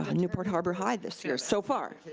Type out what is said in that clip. ah newport harbor high this year so far.